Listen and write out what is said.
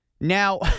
Now